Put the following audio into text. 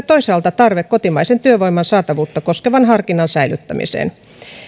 toisaalta tarve kotimaisen työvoiman saatavuutta koskevan harkinnan säilyttämiseen